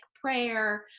prayer